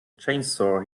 chainsaw